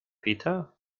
peter